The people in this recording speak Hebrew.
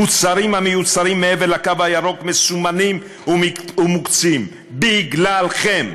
מוצרים המיוצרים מעבר לקו הירוק מסומנים ומוקצים בגללכם.